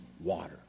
water